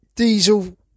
Diesel